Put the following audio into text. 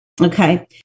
Okay